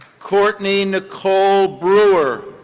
courtney nicole brewer.